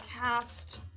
cast